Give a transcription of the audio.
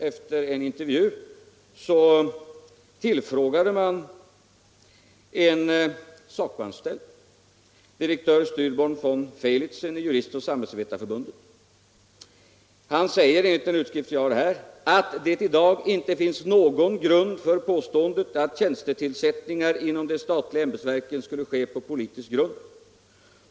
Efter en intervju med herr Burenstam Linder frågade man en SACO-anställd — direktör Styrbjörn von Feilitzen i Jurist och samhällsvetareförbundet — om hans mening. Han sade enligt en utskrift som jag har här att det ”i dag inte finns någon grund för påståendet att tjänstetillsättningar inom de statliga ämbetsverken skulle ske på politisk grund.